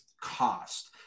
cost